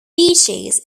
beaches